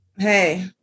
Hey